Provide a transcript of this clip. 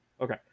Okay